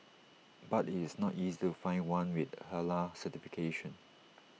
but IT is not easy to find one with Halal certification